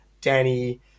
Danny